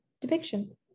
depiction